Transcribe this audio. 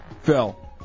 Phil